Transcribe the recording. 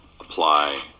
apply